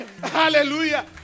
Hallelujah